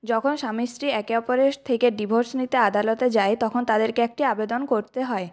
যখন স্বামী স্ত্রী একে অপরের থেকে ডিভোর্স নিতে আদালতে যায় তখন তাদেরকে একটি আবেদন করতে হয়